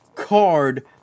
Card